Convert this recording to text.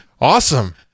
Awesome